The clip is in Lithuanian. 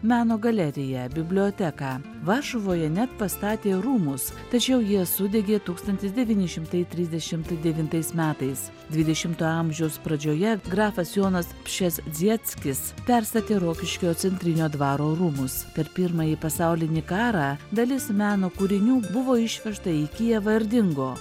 meno galeriją biblioteką varšuvoje net pastatė rūmus tačiau jie sudegė tūkstantis devyni šimtai trisdešimt devintais metais dvidešimtojo amžiaus pradžioje grafas jonas pšezdzieckis perstatė rokiškio centrinio dvaro rūmus per pirmąjį pasaulinį karą dalis meno kūrinių buvo išvežta į kijevą ir dingo